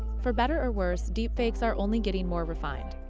for better or worse, deepfakes are only getting more refined.